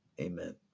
amen